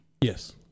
Yes